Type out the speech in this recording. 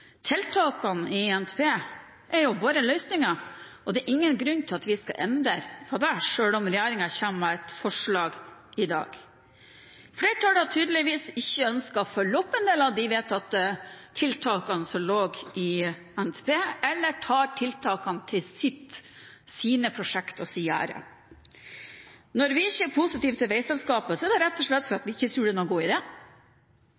Tiltakene i NTP er våre løsninger. Det er ingen grunn til at vi skal endre på det, selv om regjeringen kommer med et forslag i dag. Flertallet har tydeligvis ikke ønsket å følge opp en del av de vedtatte tiltakene som lå i NTP, eller de legger tiltakene til sine prosjekter, og tar æren for dem. Når vi ikke er positive til veiselskapet, er det rett og slett fordi vi ikke tror det